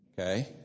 okay